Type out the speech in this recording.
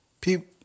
people